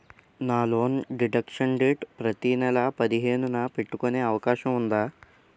నా loan deduction date ప్రతి నెల పదిహేను న పెట్టుకునే అవకాశం ఉందా?